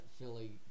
Philly